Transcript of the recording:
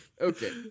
Okay